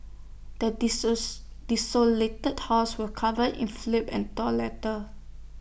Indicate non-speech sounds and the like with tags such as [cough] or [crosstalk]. the [unintelligible] desolated house was covered in flip and torn letters